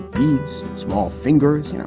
beads, small fingers, you know